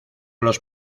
los